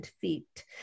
feet